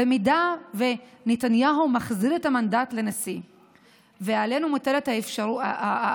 אם נתניהו מחזיר את המנדט לנשיא ועלינו מוטלת המלאכה,